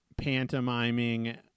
pantomiming